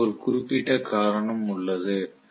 இதற்கு ஒரு குறிப்பிட்ட காரணம் உள்ளது